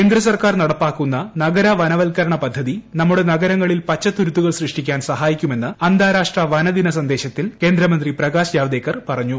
കേന്ദ്ര സർക്കാർ നടപ്പാക്കുന്ന നഗരവനവത്ക്കരണ പദ്ധതി നമ്മുടെ നഗരങ്ങളിൽ പച്ചത്തുരുത്തുകൾ സൃഷ്ടിക്കാൻ സഹായിക്കുമെന്ന് അന്താരാഷ്ട്രവനദിന സന്ദേശത്തിൽ കേന്ദ്ര മന്ത്രി പ്രകാശ് ജാവദേക്കർ പറഞ്ഞു